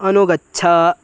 अनुगच्छ